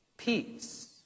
Peace